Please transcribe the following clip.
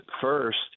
first